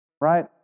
Right